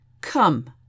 Come